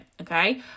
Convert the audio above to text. okay